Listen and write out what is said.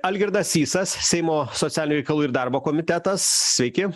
algirdas sysas seimo socialinių reikalų ir darbo komitetas sveiki